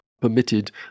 permitted